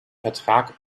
vertrag